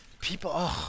People